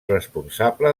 responsable